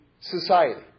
society